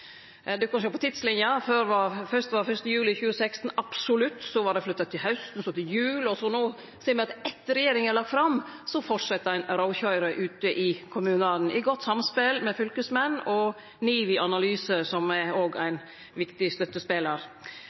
kan sjå på tidslinja: Fyrst var 1. juli 2016 absolutt, så var det flytta til hausten, så til jul, og no ser me at etter at regjeringa har lagt det fram, fortset ein råkøyret ute i kommunane i godt samspel med fylkesmenn og NIVI Analyse, som òg er ein viktig støttespelar.